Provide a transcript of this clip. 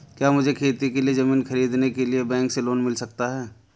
क्या मुझे खेती के लिए ज़मीन खरीदने के लिए बैंक से लोन मिल सकता है?